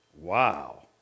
Wow